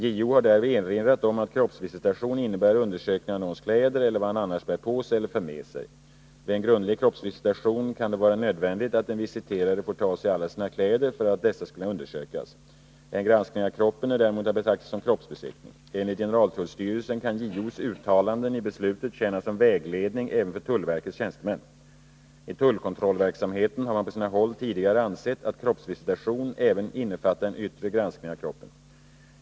JO har därvid erinrat om att kroppsvisitation innebär undersökning av någons kläder eller vad han annars bär på sig eller för med sig. Vid en grundlig kroppsvisitation kan det vara nödvändigt att den visiterade får ta av sig alla sina kläder för att dessa skall kunna undersökas. En granskning av kroppen är däremot att betrakta som kroppsbesiktning. Enligt generaltullstyrelsen kan JO:s uttalanden i beslutet tjäna som vägledning även för tullverkets tjänstemän. I tullkontrollverksamheten har man på sina håll tidigare ansett att kroppsvisitation även innefattar en yttre granskning av kroppen.